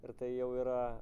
ir tai jau yra